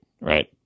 right